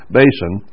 basin